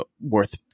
worth